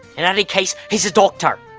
in any case, he's a doctor,